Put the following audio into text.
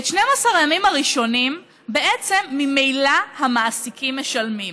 את 12 הימים הראשונים בעצם ממילא המעסיקים משלמים.